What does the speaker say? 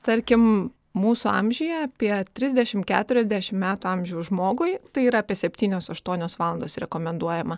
tarkim mūsų amžiuje apie drisdešim keturiasdešim metų amžiaus žmogui tai yra apie septynios aštuonios valandos rekomenduojama